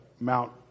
Mount